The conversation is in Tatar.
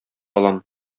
алам